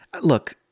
look